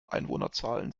einwohnerzahlen